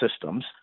systems